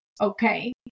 okay